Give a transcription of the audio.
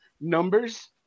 Numbers